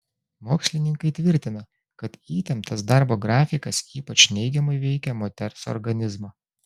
mokslininkai tvirtina kad įtemptas darbo grafikas ypač neigiamai veikia moters organizmą